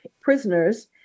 prisoners